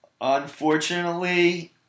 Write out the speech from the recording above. Unfortunately